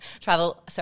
Travel